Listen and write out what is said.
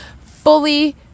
fully